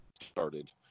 started